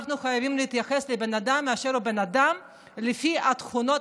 אנחנו חייבים להתייחס לבן אדם באשר הוא בן אדם לפי התכונות